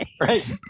right